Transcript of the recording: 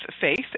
faith